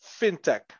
fintech